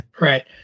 Right